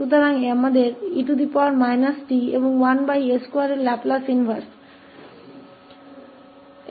तो हमारे पास e t और इसका लाप्लास प्रतिलोम है 1s2 है